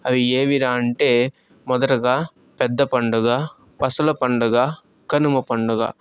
అవి ఏమిరా అంటే మొదటగా పెద్ద పండుగ పసల పండుగ కనుమ పండుగ